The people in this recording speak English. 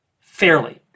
fairly